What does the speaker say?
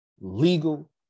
legal